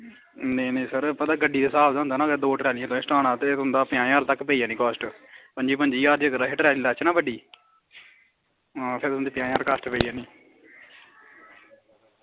नेईं नेईं सर गड्डियें दा स्हाब होंदा ना जियां दौ ट्रालियां सुट्टानियां ते तुंदी पंजाह् ज्हार रपेआ पेई जाना कॉस्ट पंजी पंजी ज्हार दी अगर अस ट्राली लाचै ना बड्डी आं ते उंदी पंजाह् ज्हार रपेआ कॉस्ट पेई जानी